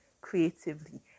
creatively